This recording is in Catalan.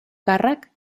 càrrec